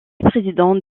président